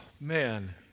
man